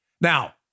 Now